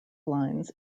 lines